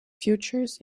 features